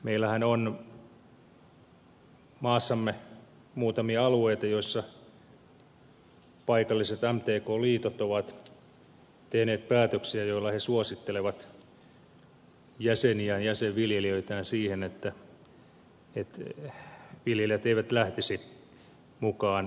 meillähän on maassamme muutamia alueita joilla paikalliset mtk liitot ovat tehneet päätöksiä joilla he suosittelevat jäseniään jäsenviljelijöitään siihen että viljelijät eivät lähtisi mukaan gmo tuotantoon